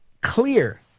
clear